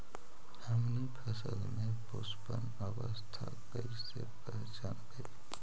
हमनी फसल में पुष्पन अवस्था कईसे पहचनबई?